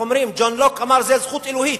ג'ון לוק אמר שזו זכות אלוהית,